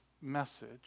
message